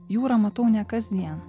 jūrą matau ne kasdien